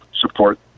support